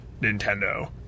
Nintendo